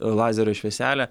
lazerio švieselę